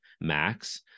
MAX